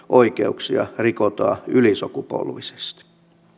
oikeuksia rikotaan ylisukupolvisesti